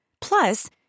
Plus